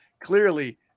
clearly